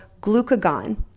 glucagon